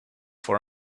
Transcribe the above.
for